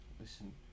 Listen